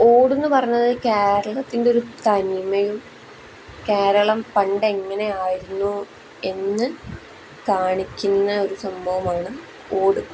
ഓട് എന്ന് പറഞ്ഞത് കേരളത്തിൻ്റെ ഒരു തനിമയും കേരളം പണ്ട് എങ്ങനെ ആയിരുന്നു എന്ന് കാണിക്കുന്ന ഒരു സംഭവമാണ് ഓട്